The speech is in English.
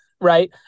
Right